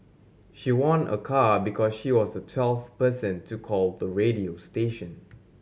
she won a car because she was the twelfth person to call the radio station